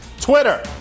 Twitter